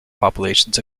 populations